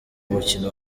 mukino